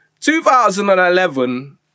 2011